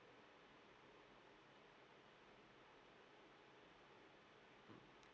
uh